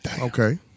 Okay